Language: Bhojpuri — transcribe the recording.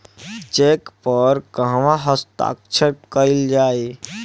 चेक पर कहवा हस्ताक्षर कैल जाइ?